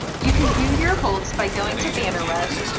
you can view your holds by going to bannerweb,